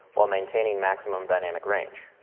while maintaining maximum dynamic range.